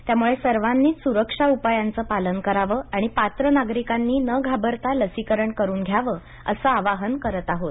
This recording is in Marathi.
त्यामुळे सर्वांनीच सुरक्षा उपायांच पालन करावं आणि पात्र नागरिकांनी न घाबरता लसीकरण करून घ्यावं असं आवाहन करत आहोत